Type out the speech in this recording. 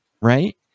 Right